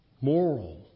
Moral